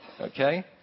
Okay